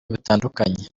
bitandukanye